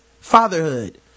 Fatherhood